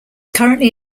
currently